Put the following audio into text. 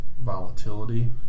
volatility